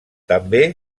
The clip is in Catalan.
també